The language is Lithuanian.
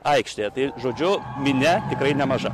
aikštėje tai žodžiu minia tikrai nemaža